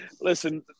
listen